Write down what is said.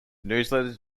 newsletters